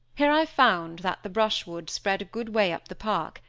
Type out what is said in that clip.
here i found that the brushwood spread a good way up the park,